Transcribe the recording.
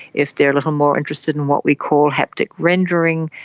if they are a little more interested in what we call haptic rendering,